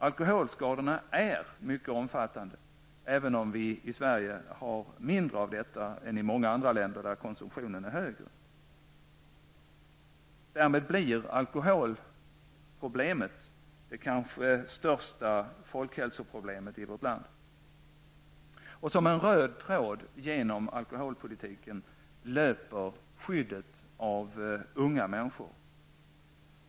Alkoholskadorna är mycket omfattande, även om vi i Sverige har mindre av detta än vad man har i många andra länder, där konsumtionen är högre. Därmed blir alkoholproblemet det kanske största folkhälsoproblemet i vårt land. Som en röd tråd genom alkoholpolitiken löper skyddet av unga människor.